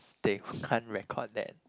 they can't record that